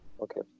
Okay